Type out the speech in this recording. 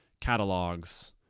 catalogs